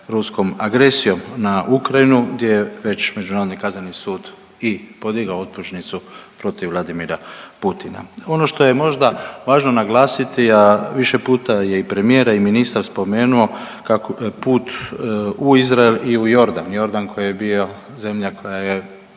ruskom agresijom na Ukrajinu gdje je već Međunarodni kazneni sud i podigao optužnicu protiv Vladimira Putina. Ono što je možda važno naglasiti, a više puta je i premijer, a i ministar spomenuo kako put u Izrael i u Jordan, Jordan koji je bio zemlja koja je